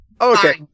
Okay